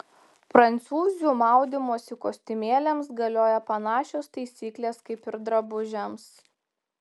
prancūzių maudymosi kostiumėliams galioja panašios taisyklės kaip ir drabužiams